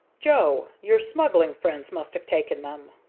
joe, your smuggling friends must have taken them.